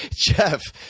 jeff,